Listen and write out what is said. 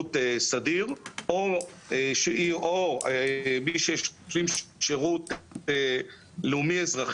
משירות סדיר או מי שהשלים שירות לאומי-אזרחי,